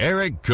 Eric